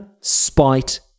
spite